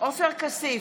עופר כסיף,